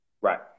Right